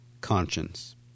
conscience